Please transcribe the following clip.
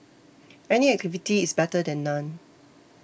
any activity is better than none